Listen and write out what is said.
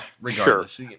regardless